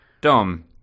Dom